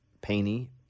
painty